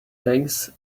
eggs